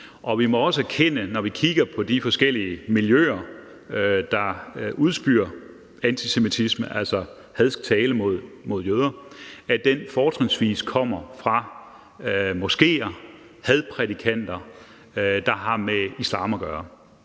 Vi må også erkende, når vi kigger på, hvilke miljøer der udspyr antisemitisme, altså hadsk tale mod jøder, at det fortrinsvis kommer fra moskeer og hadprædikanter, der har med islam at gøre.